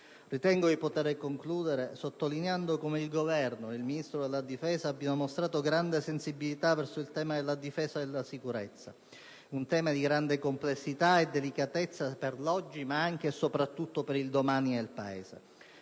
Ritengo di poter concludere, sottolineando come il Governo ed il Ministro della difesa abbiano mostrato grande sensibilità verso il tema della difesa e della sicurezza, un tema di grande complessità e delicatezza per l'oggi, ma anche e soprattutto per il domani del Paese.